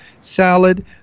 salad